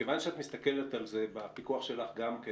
מכיוון שאת מסתכלת על זה בפיקוח שלך גם כן